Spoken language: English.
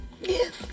Yes